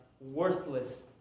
worthless